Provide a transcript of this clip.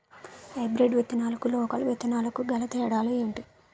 Hybrid విత్తనాలకు local విత్తనాలకు గల తేడాలు ఏంటి?